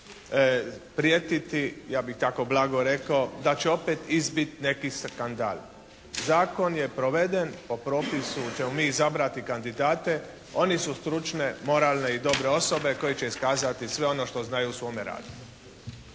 prijetiti ja bih tako blago rekao da će opet izbiti neki skandal. Zakon je proveden, po propisu ćemo mi izabrati kandidate. Oni su stručne, moralne i dobre osobe koje će iskazati sve ono što znaju o svome radu.